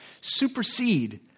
supersede